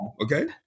Okay